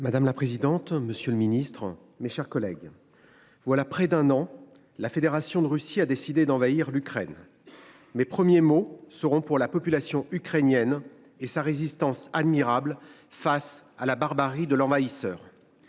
Madame la présidente. Monsieur le Ministre, mes chers collègues. Voilà près d'un an. La Fédération de Russie a décidé d'envahir l'Ukraine. Mes premiers mots seront pour la population ukrainienne et sa résistance admirable face à la barbarie de l'envahisseur.